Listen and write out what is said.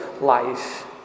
life